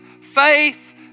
faith